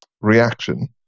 reaction